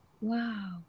Wow